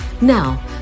Now